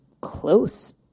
close